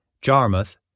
Jarmuth